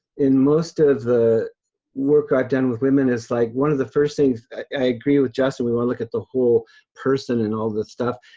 in most of the work i've done with women is like one of the first things, i agree with justin, we wanna look at the whole person and all this stuff,